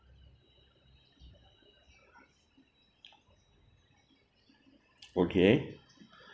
okay